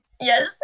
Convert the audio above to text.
Yes